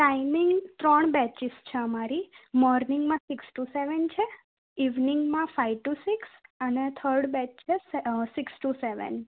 timing ત્રણ batches છે અમારી મોર્નિંગમાં સિક્સ ટુ સેવેન છે ઇવનિંગમાં ફાઇ ટુ સિક્સ અને થડ બેચ છે સિક્સ ટુ સેવેન